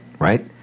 Right